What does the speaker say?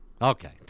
Okay